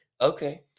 Okay